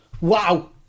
Wow